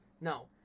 No